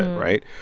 right?